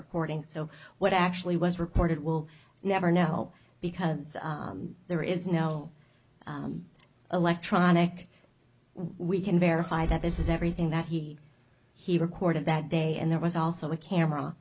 recording so what actually was reported we'll never know because there is no electronic we can verify that this is everything that he he recorded that day and there was also a camera